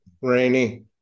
Rainy